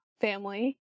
family